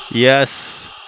Yes